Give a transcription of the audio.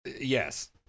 Yes